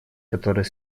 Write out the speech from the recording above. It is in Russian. который